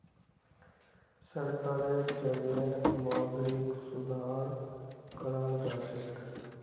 सरकारेर जरिएं मौद्रिक सुधार कराल जाछेक